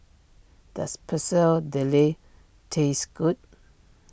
does Pecel Dele taste good